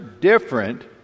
different